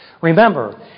Remember